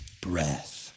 breath